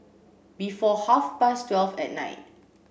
before half past twelve at night